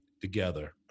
together